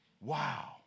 Wow